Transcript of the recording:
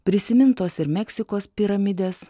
prisimintos ir meksikos piramidės